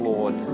Lord